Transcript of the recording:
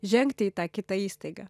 žengti į tą kitą įstaigą